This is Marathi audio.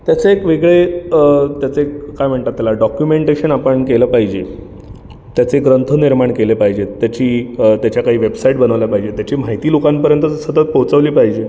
त्याचे एक वेगळे त्याचे काय म्हणतात त्याला डॉक्युमेंटेशन आपण केलं पाहिजे त्याचे ग्रंथ निर्माण केले पाहिजेत त्याची त्याच्या काही वेबसाईट बनवल्या पाहिजे त्याची माहिती लोकांपर्यंत सतत पोचवली पाहिजे